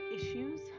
Issues